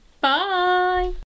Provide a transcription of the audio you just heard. Bye